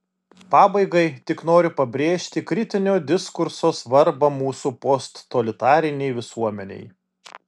pabaigai tik noriu pabrėžti kritinio diskurso svarbą mūsų posttotalitarinei visuomenei